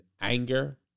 anger